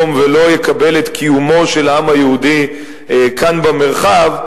ולא יקבל את קיומו של העם היהודי כאן במרחב.